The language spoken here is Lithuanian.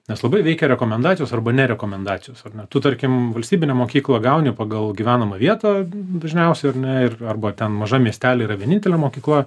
nes labai veikia rekomendacijos arba ne rekomendacijos ar ne tu tarkim valstybinę mokyklą gauni pagal gyvenamą vietą dažniausiai ar ne arba ten mažam miestely yra vienintelė mokykla